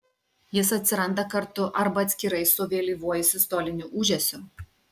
jis atsiranda kartu arba atskirai su vėlyvuoju sistoliniu ūžesiu